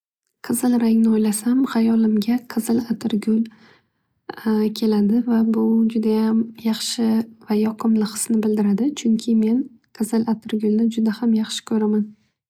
Qizil rangni o'ylasam hayolimga qizil atirgul keladi. Va bu judayam yaxshi va yoqimli hisni bildiradi. Chunki men qizil atirgulni judayam yaxshi ko'raman.